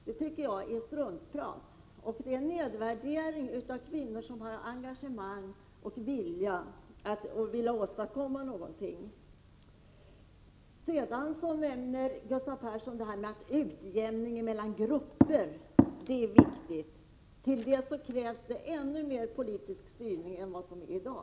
Det tycker jag är struntprat och en nedvärdering av kvinnor som har engagemang och vilja att åstadkomma någonting. Att få till stånd utjämning mellan grupper är viktigt, säger Gustav Persson. Till det krävs det ännu mer politisk styrning än den som sker i dag.